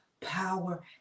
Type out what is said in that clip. power